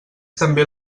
també